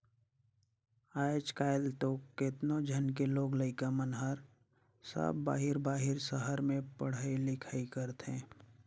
आयज कायल तो केतनो झन के लोग लइका मन हर सब बाहिर बाहिर सहर में पढ़ई लिखई करथे